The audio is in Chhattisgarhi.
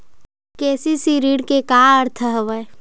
के.सी.सी ऋण के का अर्थ हवय?